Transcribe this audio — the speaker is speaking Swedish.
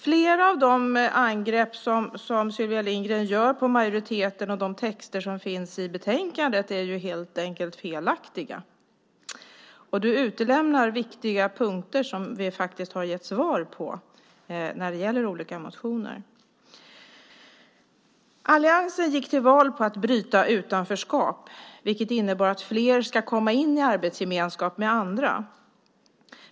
Flera av Sylvia Lindgrens angrepp på majoriteten och på texten i betänkandet är helt enkelt felaktiga. Sylvia, du utelämnar viktiga punkter där vi har gett svar när det gäller de olika motionerna. Alliansen gick till val på att bryta utanförskap, vilket innebär att fler ska komma in i arbetsgemenskap med andra.